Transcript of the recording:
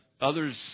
others